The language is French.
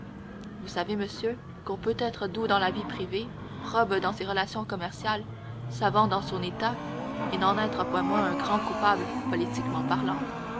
vous savez monsieur qu'on peut être doux dans la vie privée probe dans ses relations commerciales savant dans son état et n'en être pas moins un grand coupable politiquement parlant